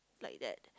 like that